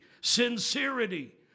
sincerity